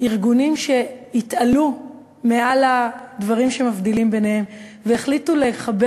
ארגונים שהתעלו מעל הדברים שמבדילים ביניהם והחליטו לחבר